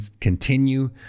continue